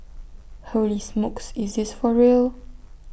holy smokes is this for real